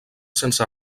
sense